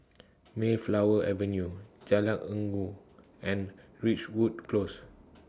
Mayflower Avenue Jalan Inggu and Ridgewood Close